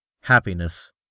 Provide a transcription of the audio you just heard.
happiness